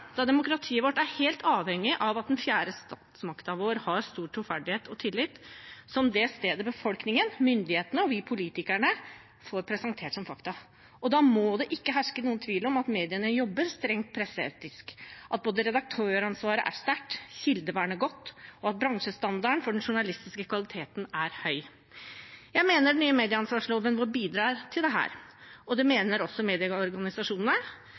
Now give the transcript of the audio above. da demokratiet vårt er helt avhengig av at den fjerde statsmakten vår har stor troverdighet og tillit, som det stedet der befolkningen, myndighetene og vi politikere får presentert fakta. Da må det ikke herske noen tvil om at mediene jobber strengt presseetisk, og at redaktøransvaret er sterkt, at kildevernet er godt, og at bransjestandarden for den journalistiske kvaliteten er høy. Jeg mener den nye medieansvarsloven vår bidrar til dette, og det mener også medieorganisasjonene.